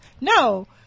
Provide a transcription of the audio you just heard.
No